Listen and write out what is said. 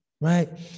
right